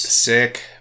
Sick